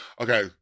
Okay